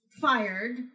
fired